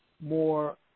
more